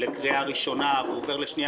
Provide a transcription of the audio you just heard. לקריאה ראשונה והוא עובר לקריאה שנייה